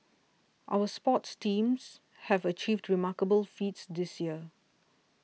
our sports teams have achieved remarkable feats this year